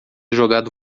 jogado